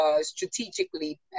strategically